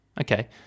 Okay